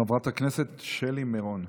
חברת הכנסת שלי מירון.